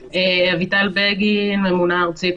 אני ממונה ארצית,